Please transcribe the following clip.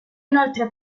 inoltre